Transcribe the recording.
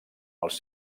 els